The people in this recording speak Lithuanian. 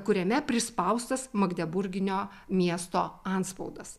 kuriame prispaustas magdeburginio miesto antspaudas